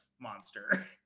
monster